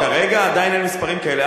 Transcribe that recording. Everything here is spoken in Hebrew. כרגע עדיין אין מספרים כאלה,